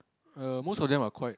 err most of them are quite